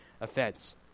offense